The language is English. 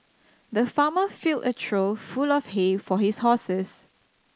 the farmer filled a trough full of hay for his horses